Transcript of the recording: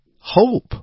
hope